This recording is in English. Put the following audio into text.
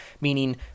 meaning